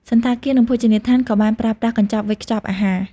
សណ្ឋាគារនិងភោជនីយដ្ឋានក៏បានប្រើប្រាស់កញ្ចប់វេចខ្ចប់អាហារ។